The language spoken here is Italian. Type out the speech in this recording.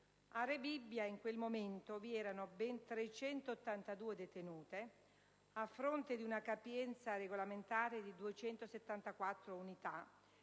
A Rebibbia, in quel momento, vi erano ben 382 detenute, a fronte di una capienza regolamentare di 274 unità,